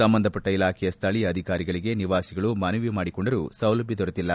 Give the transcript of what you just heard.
ಸಂಬಂಧಪಟ್ಟ ಇಲಾಖೆಯ ಸ್ಥಳೀಯ ಅಧಿಕಾರಿಗಳಿಗೆ ನಿವಾಸಿಗಳು ಮನವಿ ಮಾಡಿಕೊಂಡರೂ ಸೌಲಭ್ಯ ದೊರೆತಿಲ್ಲ